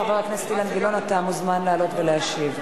חבר הכנסת אילן גילאון, אתה מוזמן לעלות ולהשיב.